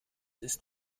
ist